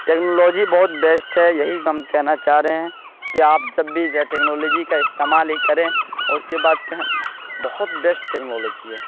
technology بہت best ہے یہی ہم کہنا چاہ رہے ہیں کہ آپ جب بھی ٹیکنالوجی کا استعمال ہی کریں اور اس کے بعد کہیں بہت بیسٹ ٹیکنالوجی ہے